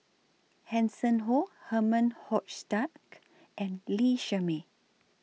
Hanson Ho Herman Hochstadt and Lee Shermay